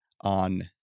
on